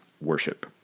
worship